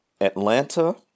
Atlanta